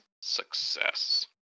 success